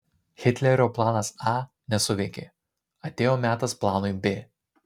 hitlerio planas a nesuveikė atėjo metas planui b